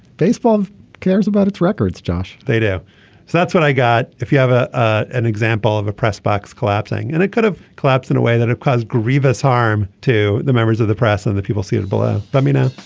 baseball cares about its records. josh they do. so that's what i got. if you have ah ah an example of a press box collapsing and it could collapse in a way that it caused grievous harm to the members of the press and the people see it below let me know.